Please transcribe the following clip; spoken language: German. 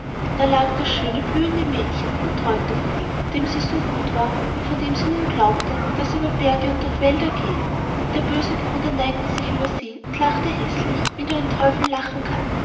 da lag das schöne blühende mädchen und träumte von ihm dem sie so gut war und von dem sie nun glaubte daß er über berge und durch wälder gehe der böse bruder neigte sich über sie und lachte häßlich wie nur ein teufel lachen kann